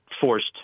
forced